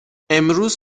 امروز